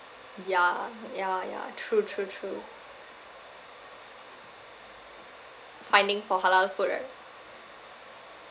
ya ya ya true true true finding for halal food right